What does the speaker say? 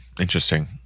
Interesting